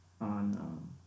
on